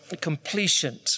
completion